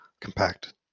compact